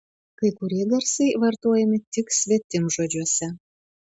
kai kurie garsai vartojami tik svetimžodžiuose